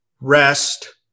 rest